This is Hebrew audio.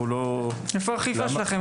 איפה האכיפה שלכם?